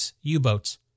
U-boats